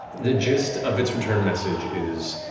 the gist of its return message is,